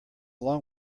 long